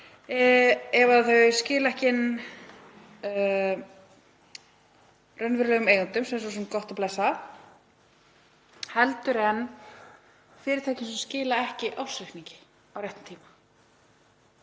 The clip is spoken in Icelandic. ef þau skila ekki inn raunverulegum eigendum, sem er svo sem gott og blessað, heldur en gagnvart fyrirtækjum sem skila ekki ársreikningi á réttum tíma